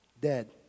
dead